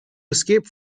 escape